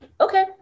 Okay